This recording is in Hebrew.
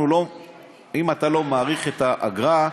אם אתה לא מאריך את האגרה,